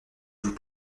vous